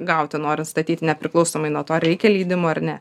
gauti norint statyti nepriklausomai nuo to ar reikia leidimo ar ne